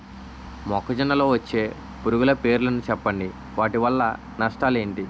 మొక్కజొన్న లో వచ్చే పురుగుల పేర్లను చెప్పండి? వాటి వల్ల నష్టాలు ఎంటి?